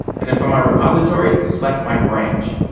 and then from my repository, select my branch.